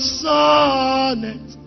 sonnet